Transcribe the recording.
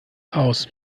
aus